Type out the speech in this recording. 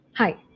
Hi